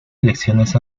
elecciones